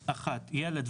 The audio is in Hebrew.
"ילד",